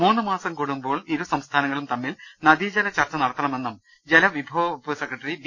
മൂന്നു മാസം കൂടുമ്പോൾ ഇരുസംസ്ഥാനങ്ങളും തമ്മിൽ നദീജല ചർച്ച നടത്തണമെന്നും ജലവിഭവ വകുപ്പ് സെക്രട്ടറി ബി